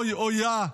אוי אויה,